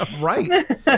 Right